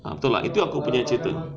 ah betul tak itu aku punya cerita